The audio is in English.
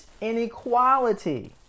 inequality